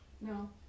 No